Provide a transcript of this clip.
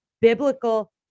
biblical